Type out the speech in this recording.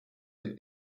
der